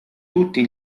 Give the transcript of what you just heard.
tutti